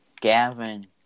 Gavin